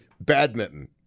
badminton